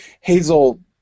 Hazel